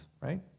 right